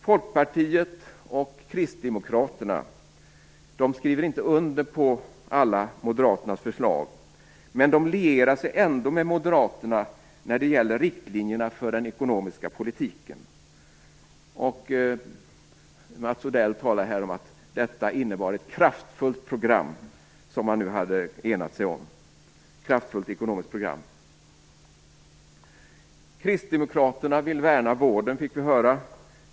Folkpartiet och kristdemokraterna skriver inte under på moderaternas alla förslag, men de lierar sig ändå med moderaterna när det gäller riktlinjerna för den ekonomiska politiken. Mats Odell talade här om att man nu hade enat sig om ett kraftfullt ekonomiskt program. Kristdemokraterna vill värna vården, fick vi höra.